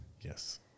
Yes